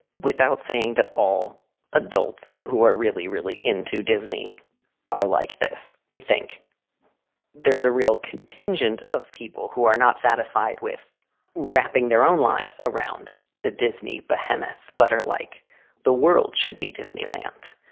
without saying that all adults who are really, really into disney are like this. i think there's a real contingent of people who are not satisfied with wrapping their own lives around the disney behemoth. butter like the world should be disneyland.